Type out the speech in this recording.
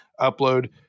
upload